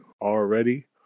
already